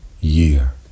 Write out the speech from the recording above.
year